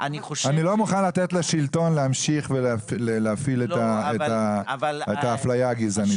אני לא מוכן לתת לשלטון להמשיך ולהפעיל את האפליה הגזענית הזאת.